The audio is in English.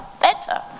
better